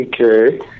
Okay